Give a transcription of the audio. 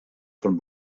von